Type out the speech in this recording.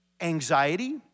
anxiety